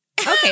okay